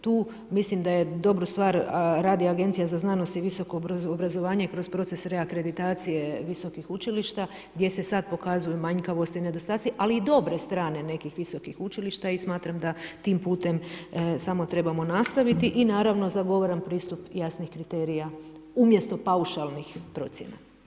Tu mislim da je dobru stvar radi Agencija za znanost i visoko obrazovanje kroz proces reakreditacije visokih učilišta, gdje se sada pokazuju manjkavosti i nedostaci, ali i dobre strane nekih visokih učilišta i smatram da tim putem samo trebamo nastaviti i naravno zagovaram pristup jasnih kriterija u mjesto paušalnih procjena.